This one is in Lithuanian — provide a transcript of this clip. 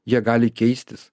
jie gali keistis